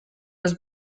was